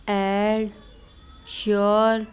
and sure